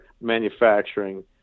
manufacturing